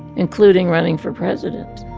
including running for president